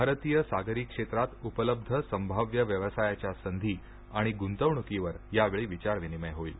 भारतीय सागरी क्षेत्रात उपलब्ध संभाव्य व्यवसायाच्या संधी आणि गुंतवणुकीवर यावेळी विचार विनिमय होईल